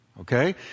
Okay